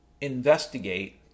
investigate